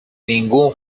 ningún